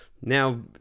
now